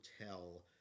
hotel